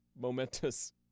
momentous